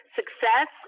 success